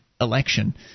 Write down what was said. election